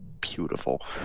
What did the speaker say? beautiful